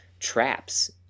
traps